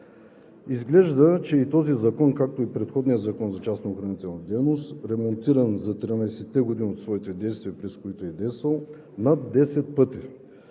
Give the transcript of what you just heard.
Изглежда, че и този закон, както и предходният Закон за частната охранителна дейност, е ремонтиран над 10 пъти за 13-те години от своето действие, през които е действал, и ще бъде